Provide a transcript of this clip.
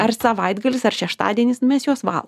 ar savaitgalis ar šeštadienis mes juosvalom